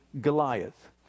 Goliath